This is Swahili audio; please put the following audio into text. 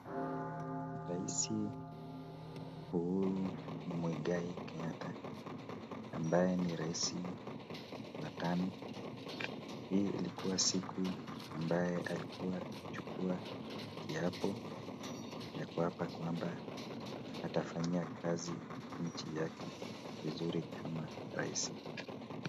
Raisi Uhuru Mwigai Kenyatta ambaye ni raisi wa Tano. Hii ilikuwa siku ambayo alikuwa akichukuwa kiapo, ya kuapa kwamba atafanyia nchi yake kazi vizuri kama rais.